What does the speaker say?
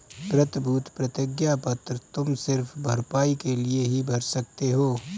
प्रतिभूति प्रतिज्ञा पत्र तुम सिर्फ भरपाई के लिए ही भर सकते हो